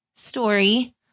Story